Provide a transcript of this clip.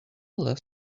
less